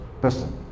person